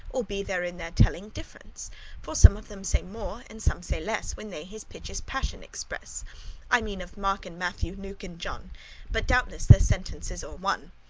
all be there in their telling difference for some of them say more, and some say less, when they his piteous passion express i mean of mark and matthew, luke and john but doubteless their sentence is all one.